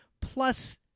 plus